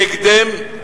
בהקדם.